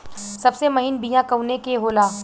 सबसे महीन बिया कवने के होला?